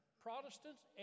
Protestants